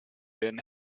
been